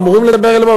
אמורים לדבר אל לבו,